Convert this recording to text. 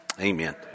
amen